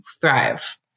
thrive